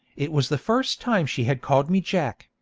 it was the first time she had called me jack,